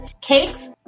cakes